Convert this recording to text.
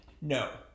no